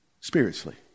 spiritually